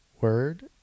word